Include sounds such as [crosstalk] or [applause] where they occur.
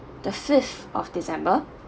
the fifth of december [breath]